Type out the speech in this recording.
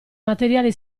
materiale